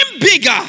bigger